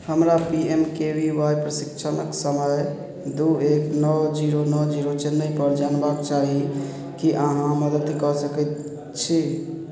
हमरा P M K V Y प्रशिक्षणक समय दू एक नओ जीरो नओ जीरो चेन्नइपर जानबाक चाही की अहाँ मदति कऽ सकैत छी